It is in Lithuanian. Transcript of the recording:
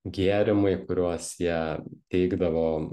gėrimai kuriuos jie teikdavo